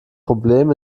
problem